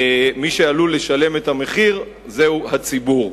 מי שעלול לשלם את המחיר זהו הציבור.